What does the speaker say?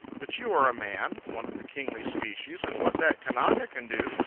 but you are a man, one of the kingly species, and what that kanaka can do,